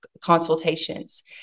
consultations